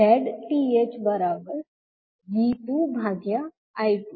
5V24I2 ZThV2I240